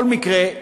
בכל מקרה,